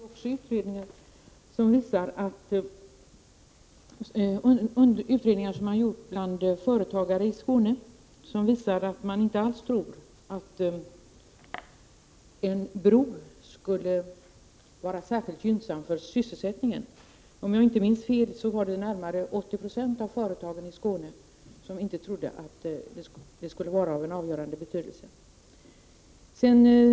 Herr talman! Det finns också utredningar som har gjorts bland företagare i Skåne och som visar att man inte alls tror att en bro skulle vara särskilt gynnsam för sysselsättningen. Om jag inte minns fel, var det närmare 80 90 av företagen som inte trodde att den skulle ha någon avgörande betydelse.